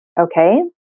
Okay